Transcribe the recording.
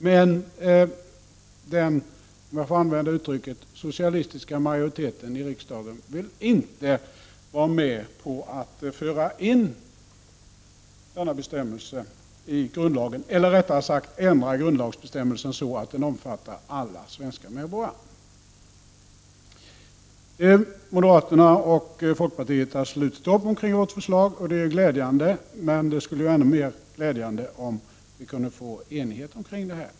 Men den, om jag får använda uttrycket, socialistiska majoriteten i riksdagen vill inte vara med på att föra in denna bestämmelse i grundlagen, eller rättare sagt ändra grundlagsbestämmelsen så att den omfattar alla svenska medborgare. Moderaterna och folkpartiet har slutit upp kring vårt förslag. Det är glädjande, men det skulle vara ännu mer glädjande om vi kunde få enighet omkring detta.